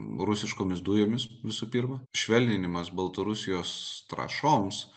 rusiškomis dujomis visų pirma švelninimas baltarusijos trąšoms